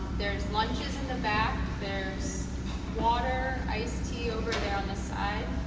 there's lunches in the back, there's water, ice tea over there on the side,